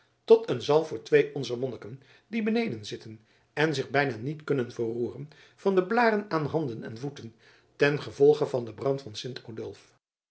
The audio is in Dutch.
tot een zalf voor twee onzer monniken die beneden zitten en zich bijna niet kunnen verroeren van de blaren aan handen en voeten ten gevolge van den brand van